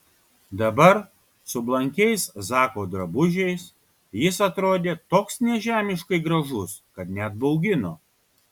dabar su blankiais zako drabužiais jis atrodė toks nežemiškai gražus kad net baugino